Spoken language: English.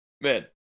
man